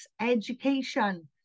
education